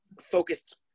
focused